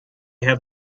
have